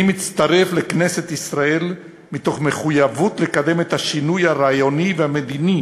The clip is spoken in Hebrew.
אני מצטרף לכנסת ישראל מתוך מחויבות לקדם את השינוי הרעיוני והמדיני